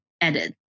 edit